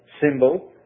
symbol